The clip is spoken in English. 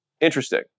Interesting